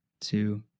two